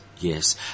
yes